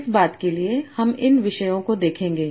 इस बात के लिए हम इन विषयों को देखेंगे